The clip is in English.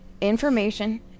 information